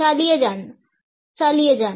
চালিয়ে যান চালিয়ে যান